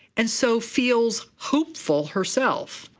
and so feels hopeful herself.